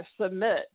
submit